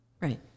Right